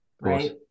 right